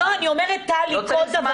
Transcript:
לא, אני אומרת, כל דבר.